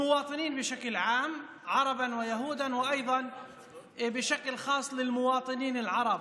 ערבים ויהודים, ובייחוד באזרחים הערבים.